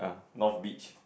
no beach